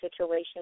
situation